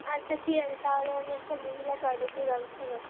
আচ্ছা ঠিক আছে তাহলে আমি একটা মহিলা টয়লেটের ব্যবস্থা করছি